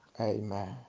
Amen